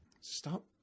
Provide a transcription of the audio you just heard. Stop